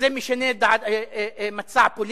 שזה משנה מצע פוליטי,